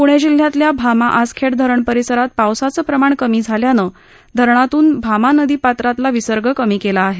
पुणे जिल्ह्यातल्या भामा आसखेड धरण परिसरात पावसाचं प्रमाण कमी झाल्यानं धरणातून भामा नदीपात्रतल्या विसर्ग कमी केला आहे